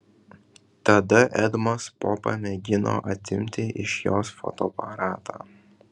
tada edmas popa mėgino atimti iš jos fotoaparatą